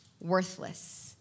worthless